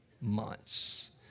months